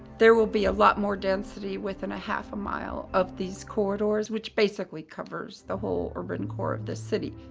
there will be a lot more density within a half a mile of these corridors, which basically covers the whole urban core of the city.